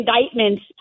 indictments